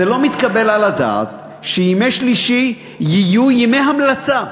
זה לא מתקבל על הדעת שימי שלישי יהיו ימי המלצה.